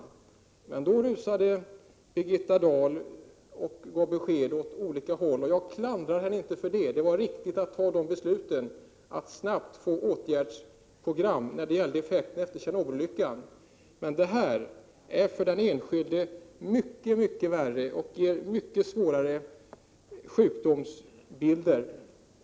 Då rusade Birgitta Dahl ut med besked åt olika håll, och jag klandrar henne inte för det — det var viktigt att snabbt få till stånd ett åtgärdsprogram efter Tjernobylolyckan — men detta är för den enskilde mycket värre och ger mycket svårare sjukdomsbilder.